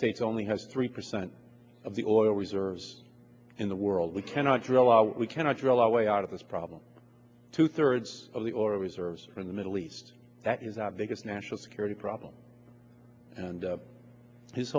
states only has three percent of the oil reserves in the world we cannot drill out we cannot drill our way out of this problem two thirds of the oil reserves are in the middle east that is not biggest national security problem and